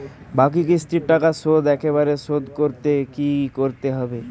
বাকি কিস্তির টাকা শোধ একবারে শোধ করতে কি করতে হবে?